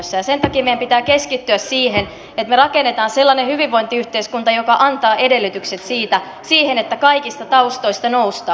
sen takia meidän pitää keskittyä siihen että me rakennamme sellaisen hyvinvointiyhteiskunnan joka antaa edellytykset siihen että kaikista taustoista noustaan